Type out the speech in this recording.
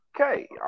Okay